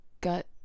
gut